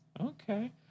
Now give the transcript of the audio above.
okay